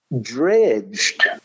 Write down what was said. dredged